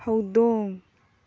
ꯍꯧꯗꯣꯡ